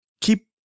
keep